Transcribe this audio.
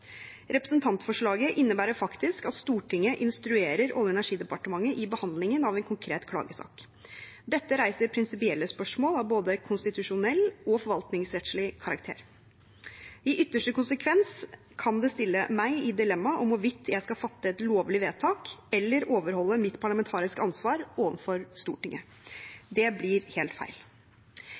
Representantforslaget innebærer faktisk at Stortinget instruerer Olje- og energidepartementet i behandlingen av en konkret klagesak. Dette reiser prinsipielle spørsmål av både konstitusjonell og forvaltningsrettslig karakter. I ytterste konsekvens kan det stille meg i dilemmaet hvorvidt jeg skal fatte et lovlig vedtak eller overholde mitt parlamentariske ansvar overfor Stortinget. Det blir helt feil.